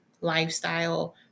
lifestyle